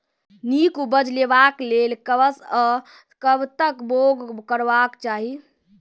नीक उपज लेवाक लेल कबसअ कब तक बौग करबाक चाही?